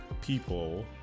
people